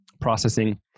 processing